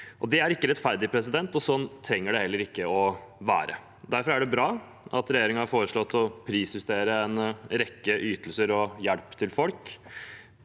Det er ikke rettferdig, og sånn trenger det heller ikke å være. Derfor er det bra at regjeringen har foreslått å prisjustere en rekke ytelser og hjelp til folk,